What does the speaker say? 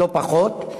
לא פחות,